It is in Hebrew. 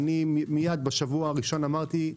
בשבוע הראשון אמרתי,